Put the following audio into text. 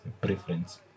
preference